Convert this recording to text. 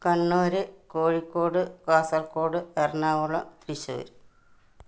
Kannur Kozhikode Kasaragod Ernakulam Thrissur